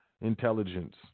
intelligence